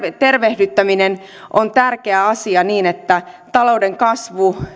tervehdyttäminen on tärkeä asia niin että talouden kasvu